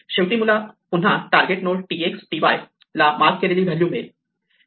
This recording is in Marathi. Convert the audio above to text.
शेवटी मला पुन्हा target node tx ty target node t x t y ला मार्क केलेली व्हॅल्यू मिळेल